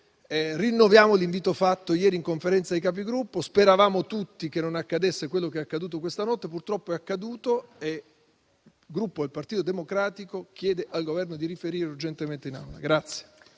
rinnoviamo l'invito fatto ieri in Conferenza dei Capigruppo: speravamo tutti che non accadesse quello che è accaduto questa notte, ma purtroppo è accaduto; il Gruppo Partito Democratico chiede al Governo di riferire urgentemente in Aula.